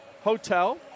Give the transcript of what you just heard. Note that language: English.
hotel